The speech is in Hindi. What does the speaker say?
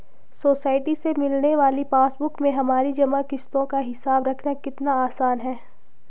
सोसाइटी से मिलने वाली पासबुक में हमारी जमा किश्तों का हिसाब रखना कितना आसान है